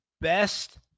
best